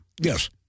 Yes